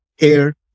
hair